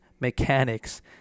mechanics